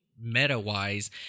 meta-wise